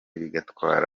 bigatwara